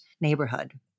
neighborhood